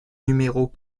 numéros